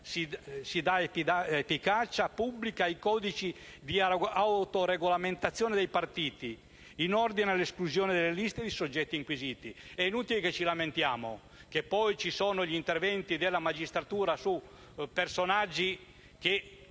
si dà efficacia pubblica ai codici di autoregolamentazione dei partiti, in ordine all'esclusione dalle liste dei soggetti inquisiti. È inutile che ci lamentiamo che ci sono gli interventi della magistratura su personaggi che